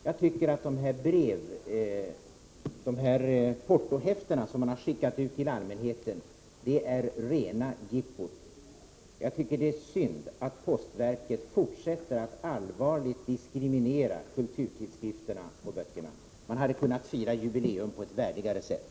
Jag tycker att de här portohäftena, som man har skickat ut till allmänheten, är rena jippot. Det är synd att postverket fortsätter att allvarligt diskriminera kulturtidskrifterna och böckerna. Man hade kunnat fira jubileum på ett värdigare sätt.